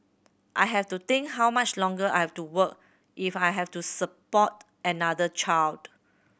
I have to think how much longer I have to work if I have to support another child